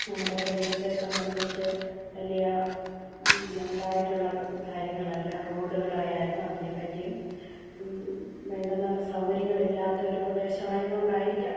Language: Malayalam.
നമ്മുടേ പ്രദേശത്തേ സംബന്ധിച്ച് വലിയ ഇതായിട്ടുള്ള കാര്യങ്ങളല്ല റോഡുകളായാലും അതിനെപ്പറ്റിയും വേണ്ടുന്ന സൗകര്യങ്ങളില്ലാത്ത ഒരു പ്രദേശം ആയതുകൊണ്ടായിരിക്കാം